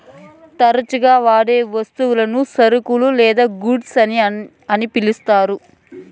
తరచుగా వాడే వస్తువులను సరుకులు లేదా గూడ్స్ అని పిలుత్తారు